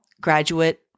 graduate